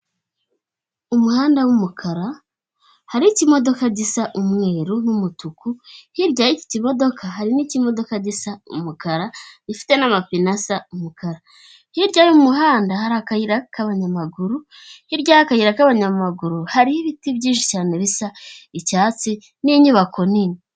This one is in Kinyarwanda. Umuhanda w'umukara, hariho ikimodoka gisa umweru n'umutuku, hirya y'iki kimodoka, hari n'ikimodoka gisa umukara, gifite n'amapine asa umukara. Hirya y'umuhanda, hari akayira k'abanyamaguru, hirya y'akayira k'abanyamaguru, hariho ibiti byinshi cyane bisa icyatsi n'inyubako nini.